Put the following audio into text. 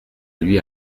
lui